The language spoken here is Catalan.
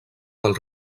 del